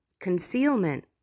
concealment